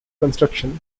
construction